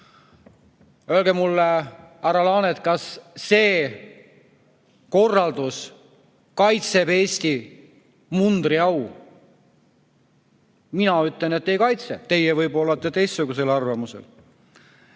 Öelge mulle, härra Laanet, kas see korraldus kaitseb Eesti mundri au? Mina ütlen, et ei kaitse, teie olete võib-olla teistsugusel arvamusel.